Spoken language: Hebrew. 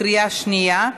בקריאה השנייה.